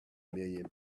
million